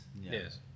Yes